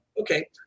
Okay